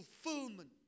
fulfillment